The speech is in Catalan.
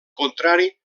contrari